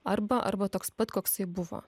arba arba toks pat koksai buvo